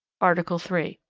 article three.